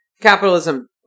capitalism